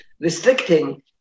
restricting